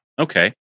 Okay